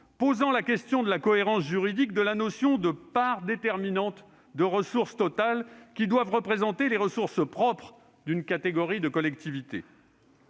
posant la question de la cohérence juridique de la notion de « part déterminante de ressources totales », qui doivent représenter les ressources propres d'une catégorie de collectivités.